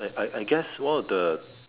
I I I guess one of the